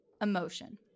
emotion